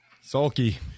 sulky